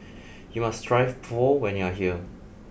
you must try Pho when you are here